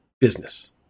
business